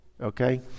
okay